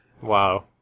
Wow